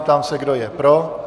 Ptám se, kdo je pro.